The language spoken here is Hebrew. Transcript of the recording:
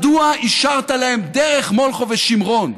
מדוע אישרת להם דרך מולכו ושימרון,